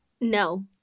no